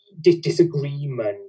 disagreement